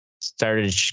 started